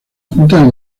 juntas